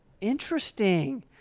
Interesting